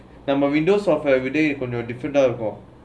like my Windows software everyday கொஞ்சம்:konjam different ah